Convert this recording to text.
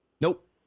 Nope